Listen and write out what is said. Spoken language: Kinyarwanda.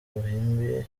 ruhimbi